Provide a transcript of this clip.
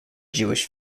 jewish